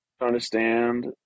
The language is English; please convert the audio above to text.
Understand